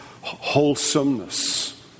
wholesomeness